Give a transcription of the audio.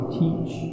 teach